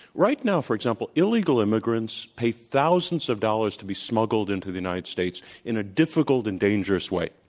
right now, for example, illegal immigrants pay thousands of dollars to be smuggled into the united states in a difficult and dangerous way.